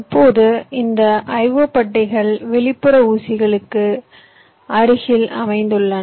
இப்போது இந்த IO பட்டைகள் வெளிப்புற ஊசிகளுக்கு அருகில் அமைந்துள்ளன